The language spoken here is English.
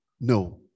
No